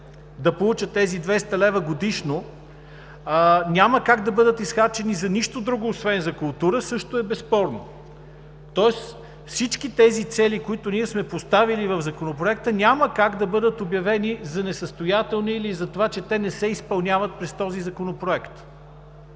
да получат тези 200 лв. годишно, няма как да бъдат изхарчени за нищо друго, освен за култура – също е безспорно. Тоест, всички тези цели, които ние сме поставили в Законопроекта, няма как да бъдат обявени за несъстоятелни или затова, че те не се изпълняват чрез този законопроект.